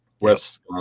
West